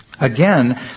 Again